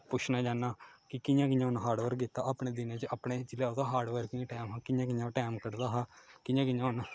पुच्छना चाह्न्ना कि कि'यां कि'यां उ'नें हार्ड वर्क कीता अपने दिनें च अपने जेल्लै ओह्दा हार्ड वर्क दा टाइम हा कि'यां कि'यां ओह् टाइम कड्ढदा हा कि'यां कि'यां उ'नें